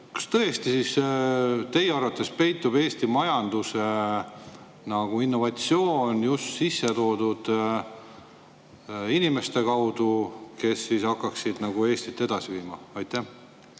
Kas tõesti teie arvates peitub Eesti majanduse innovatsioon just sissetoodud inimestes, kes hakkaksid Eestit edasi viima? Aitäh,